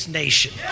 nation